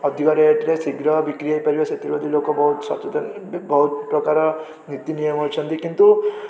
ଅଧିକ ରେଟ୍ରେ ଶୀଘ୍ର ବିକ୍ରି ହେଇପାରିବ ସେଥିପ୍ରତି ଲୋକ ବହୁତ ସଚେତନ ବି ବହୁତ ପ୍ରକାର ନୀତିନିୟମ ଅଛନ୍ତି କିନ୍ତୁ